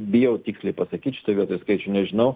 bijau tiksliai pasakyt šitoj vietoj skaičių nežinau